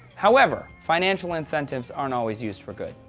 however, financial incentives aren't always used for good.